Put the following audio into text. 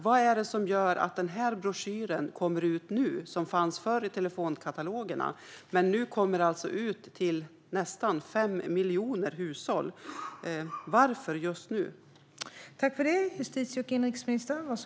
Vad är det som gör att den broschyren, som förr fanns i telefonkatalogerna, kommer ut nu till 5 miljoner hushåll? Varför just nu?